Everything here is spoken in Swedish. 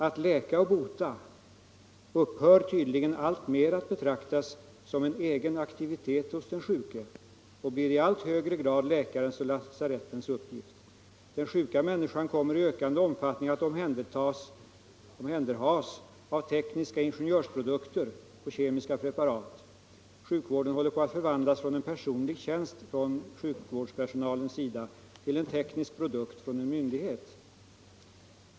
Att läka och bota upphör tydligen alltmer att betraktas som en egen aktivitet hos den sjuke och blir i allt högre grad läkarnas och lasarettens uppgift. Den sjuka människan kommer i ökande omfattning att omhänderhas av tekniska ingenjörsprodukter och kemiska preparat. Sjukvården håller på att förvandlas från en personlig tjänst från sjukvårdspersonalens sida till en teknisk produkt från en myndighet.